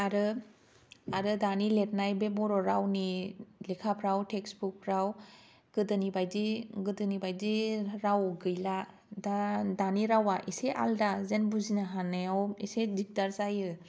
आरो आरो दानि लिरनाय बे बर' रावनि लेखाफ्राव थेस्क बुकफ्रान गोदोनि बायदि गोदोनि बायदि राव गैला दा दानि रावा एसे आलदा जेन बुजिनो हानायाव एसे दिगदार जायो